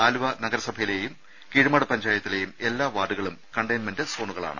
ആലുവ നഗരസഭയിലേയും കീഴ്മാട് പഞ്ചായത്തിലേയും എല്ലാ വാർഡുകളും കണ്ടെയ്ൻമെന്റ് സോണുകളാണ്